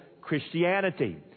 Christianity